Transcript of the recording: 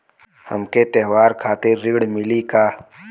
हमके त्योहार खातिर ऋण मिली का?